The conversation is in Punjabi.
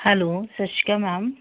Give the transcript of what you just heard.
ਹੈਲੋ ਸਤਿ ਸ਼੍ਰੀ ਅਕਾਲ ਮੈਮ